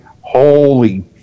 Holy